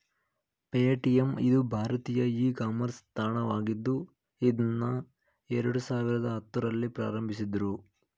Paytm ಇದು ಭಾರತೀಯ e commerce ತಾಣವಾಗಿದ್ದು ಇದ್ನಾ ಎರಡು ಸಾವಿರದ ಹತ್ತುರಲ್ಲಿ ಪ್ರಾರಂಭಿಸಿದ್ದ್ರು